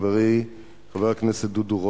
חברי חבר הכנסת דודו רותם,